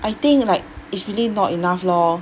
I think like it's really not enough lor